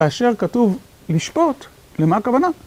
כאשר כתוב לשפוט למה הכוונה.